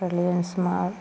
reliance mart